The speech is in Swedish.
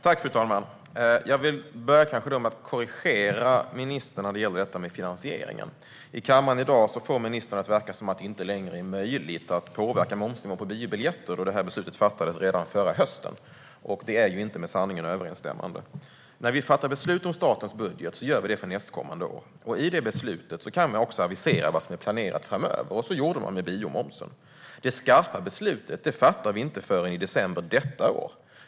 Fru talman! Jag vill börja med att korrigera ministern när det gäller detta med finansieringen. I kammaren i dag får ministern det att verka som att det inte längre är möjligt att påverka momsnivån på biobiljetter, eftersom det beslutet fattades redan förra hösten. Detta är inte med sanningen överensstämmande. När vi fattar beslut om statens budget gör vi det för nästkommande år. I det beslutet kan man också avisera vad som är planerat framöver. Så gjorde man med biomomsen. Det skarpa beslutet fattar vi inte förrän i december detta år.